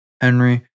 Henry